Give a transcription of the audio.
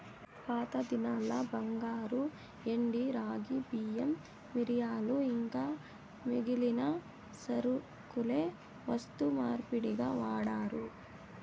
పాతదినాల్ల బంగారు, ఎండి, రాగి, బియ్యం, మిరియాలు ఇంకా మిగిలిన సరకులే వస్తు మార్పిడిగా వాడారు